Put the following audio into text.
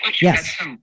Yes